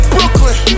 Brooklyn